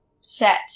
set